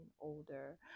older